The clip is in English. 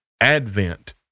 Advent